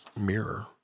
mirror